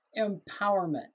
empowerment